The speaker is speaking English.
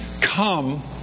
come